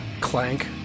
clank